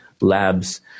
labs